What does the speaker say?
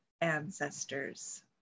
ancestors